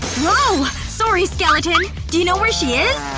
whoa. sorry, skeleton. do you know where she is?